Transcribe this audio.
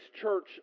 church